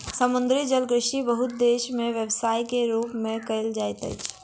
समुद्री जलकृषि बहुत देस में व्यवसाय के रूप में कयल जाइत अछि